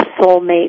soulmate